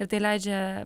ir tai leidžia